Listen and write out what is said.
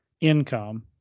income